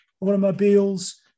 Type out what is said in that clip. automobiles